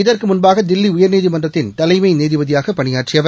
இதற்கு முன்பாக தில்லி உயர்நீதிமன்றத்தின் தலைமை நீதிபதியாக பணியாற்றிவர்